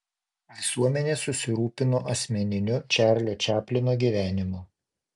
visuomenė susirūpino asmeniniu čarlio čaplino gyvenimu